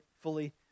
fully